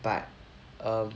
but um